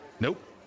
Nope